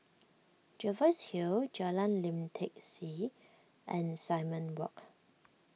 Jervois Hill Jalan Lim Tai See and Simon Walk